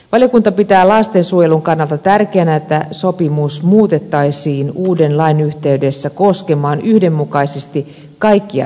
valiokunta pitää lastensuojelun kannalta tärkeänä että sopimus muutettaisiin uuden lain yhteydessä koskemaan yhdenmukaisesti kaikkia viikonpäiviä